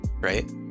Right